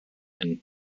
and